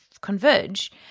converge